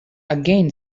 again